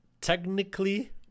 technically